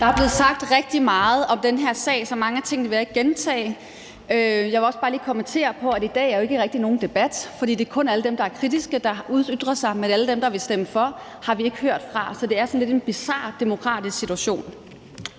Der er blevet sagt rigtig meget om den her sag, så mange af tingene vil jeg ikke gentage. Jeg vil også bare lige kommentere på, at der jo i dag ikke rigtig er nogen debat, fordi det kun er alle dem, der er kritiske, der ytrer sig, mens vi ikke har hørt fra alle dem, der vil stemme for. Så det er sådan lidt en bizar demokratisk situation.